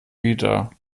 wieder